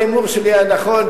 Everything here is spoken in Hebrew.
ההימור שלי היה נכון,